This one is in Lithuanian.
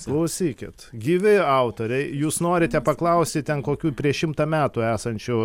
klausykit gyvi autoriai jūs norite paklausti ten kokių prieš šimtą metų esančių